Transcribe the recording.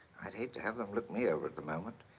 i'd hate to have them look me over at the moment.